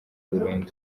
burundu